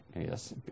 yes